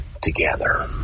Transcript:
together